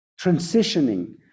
transitioning